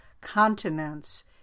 continents